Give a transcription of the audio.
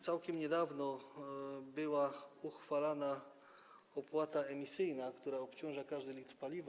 Całkiem niedawno była uchwalana opłata emisyjna, która obciąża każdy litr paliwa.